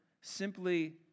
simply